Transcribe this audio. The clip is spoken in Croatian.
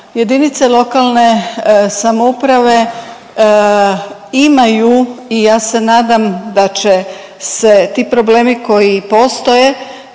jedinice lokalne samouprave imaju i ja se nadam da će se ti problemi koji postoje